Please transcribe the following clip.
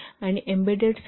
0 आहे आणि एम्बेडेडसाठी ते २